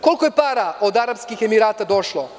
Koliko je para od Arapskih Emirata došlo?